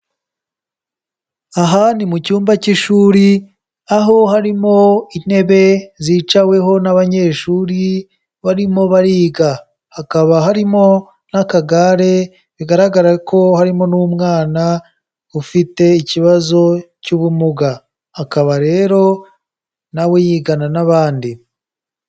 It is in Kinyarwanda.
Aha nimu cyumba cy'ishuri, aho harimo intebe zicaweho n'abanyeshuri barimo bariga. Hakaba harimo n'akagare, bigaragara ko harimo n'umwana ufite ikibazo cy'ubumuga, akaba rero na we yigana n'abandi.